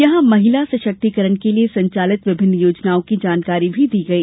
यहां महिला सशक्तिकरण के लिए संचालित विभिन्न योजनाओं की जानकारी दी गई